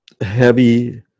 heavy